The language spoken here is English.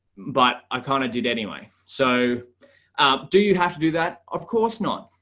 but i kind of did anywa. so do you have to do that? of course not.